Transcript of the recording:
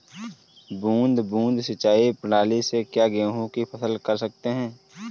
बूंद बूंद सिंचाई प्रणाली से क्या गेहूँ की फसल कर सकते हैं?